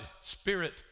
spirit